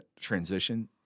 transition